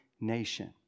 nation